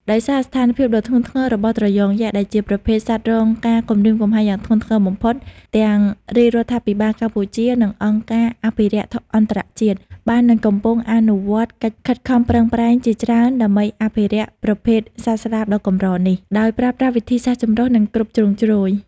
ដោយសារស្ថានភាពដ៏ធ្ងន់ធ្ងររបស់ត្រយងយក្ស ដែលជាប្រភេទសត្វរងការគំរាមកំហែងយ៉ាងធ្ងន់ធ្ងរបំផុត ទាំងរាជរដ្ឋាភិបាលកម្ពុជា និងអង្គការអភិរក្សអន្តរជាតិ បាននិងកំពុងអនុវត្តកិច្ចខិតខំប្រឹងប្រែងជាច្រើនដើម្បីអភិរក្សប្រភេទសត្វស្លាបដ៏កម្រនេះ ដោយប្រើប្រាស់វិធីសាស្ត្រចម្រុះ និងគ្រប់ជ្រុងជ្រោយ។